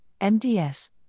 MDS